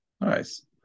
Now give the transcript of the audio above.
Nice